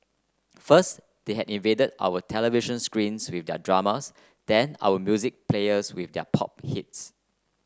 first they had invaded our television screens with their dramas then our music players with their pop hits